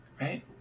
right